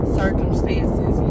circumstances